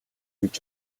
хийж